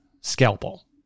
scalpel